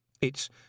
It's